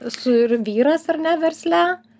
su ir vyras ar ne versle